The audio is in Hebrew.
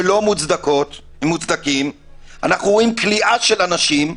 לא מוצדקים, אנחנו רואים כליאה של אנשים.